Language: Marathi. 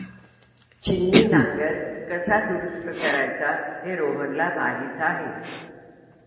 छिन्नी नांगर कसा दुरुस्त करायचा हे रोहनला माहीत आहे